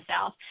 South